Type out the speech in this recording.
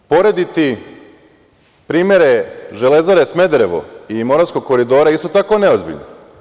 Porediti primere „Železare“ Smederevo i Moravskog koridora je isto tako neozbiljno.